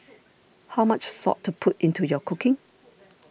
how much salt to put into your cooking